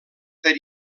per